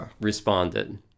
responded